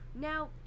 Now